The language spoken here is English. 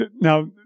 Now